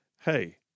hey